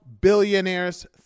Billionaires